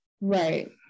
Right